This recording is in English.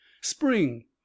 spring